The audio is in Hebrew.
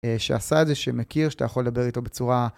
שעשה את זה, שמכיר שאתה יכול לדבר איתו בצורה...